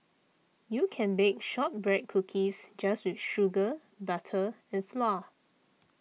you can bake Shortbread Cookies just with sugar butter and flour